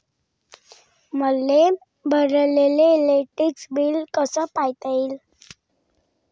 मले भरलेल electric bill कस पायता येईन?